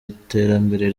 iterambere